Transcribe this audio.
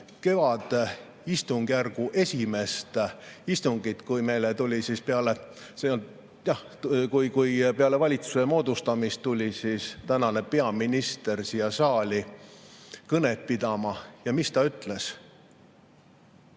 kevadistungjärgu esimest istungit, kui meile tuli peale valitsuse moodustamist tänane peaminister siia saali kõnet pidama. Mis ta ütles?